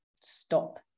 stop